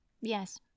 Yes